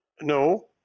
No